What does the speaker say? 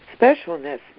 Specialness